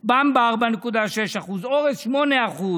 במבה, 4.6%, אורז, 8%,